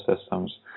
systems